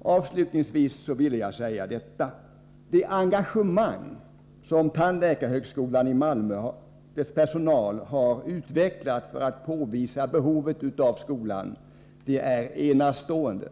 Avslutningsvis vill jag säga följande: Det engagemang som personalen vid tandläkarhögskolan i Malmö har utvecklat för att påvisa behovet av skolan är enastående.